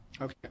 okay